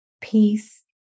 peace